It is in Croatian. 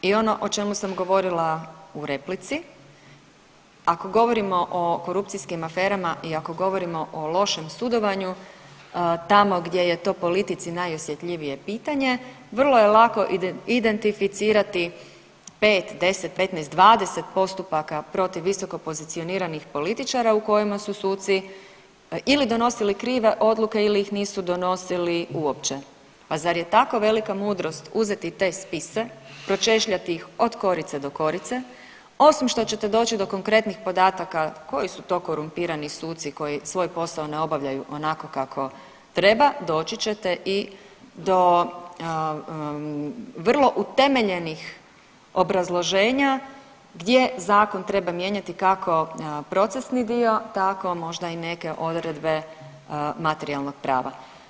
I ono o čemu sam govorila u replici, ako govorimo o korupcijskim aferama i ako govorimo o lošem sudovanju tamo gdje je to politici najosjetljivije pitanje vrlo je lako identificirati 5, 10, 15, 20 postupaka protiv visokopozicioniranih političara u kojima su suci ili donosili krive odluke ili ih nisu donosili uopće, pa zar je tako velika mudrost uzeti te spise, pročešljati ih od korice do korice, osim što ćete doći do konkretnih podataka koji su to korumpirani suci koji svoj posao ne obavljaju onako kako treba doći ćete i do vrlo utemeljenih obrazloženja gdje zakon treba mijenjati kako procesni dio tako možda i neke odredbe materijalnog prava.